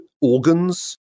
organs